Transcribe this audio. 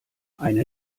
eine